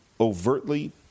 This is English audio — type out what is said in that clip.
Overtly